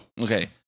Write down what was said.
Okay